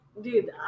dude